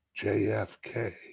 JFK